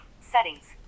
Settings